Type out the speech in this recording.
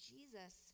Jesus